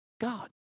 God